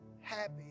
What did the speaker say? happy